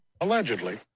Allegedly